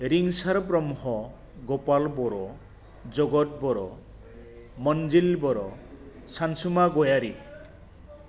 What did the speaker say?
रिंसार ब्रह्म गपाल बर' जगद बर' मन्जिल बर' सानसुमा गयारि